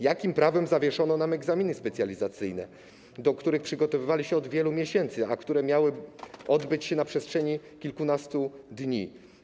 Jakim prawem zawieszono nam egzaminy specjalizacyjne, do których przygotowaliśmy się od wielu miesięcy, a które miały odbyć się na przestrzeni kilkunastu dni?